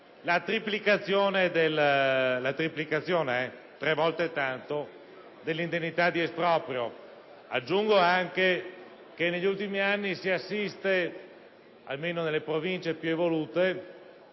sottolineo: tre volte tanto) dell'indennità di esproprio. Aggiungo anche che negli ultimi anni si assiste, almeno nelle Province più evolute,